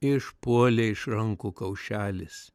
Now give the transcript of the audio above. išpuolė iš rankų kaušelis